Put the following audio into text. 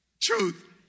Truth